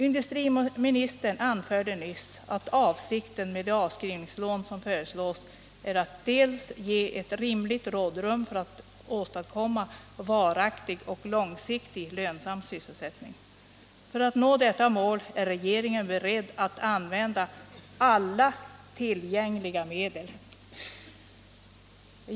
Industriministern anförde nyss att avsikten med de avskrivningslån som föreslås bl.a. är att ge ett rimligt rådrum för att åstadkomma varaktig och långsiktigt lönsam sysselsättning. För att nå dessa mål är regeringen beredd att använda alla tillgängliga medel.